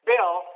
Bill